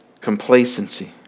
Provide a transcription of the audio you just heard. Complacency